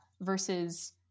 Versus